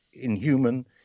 inhuman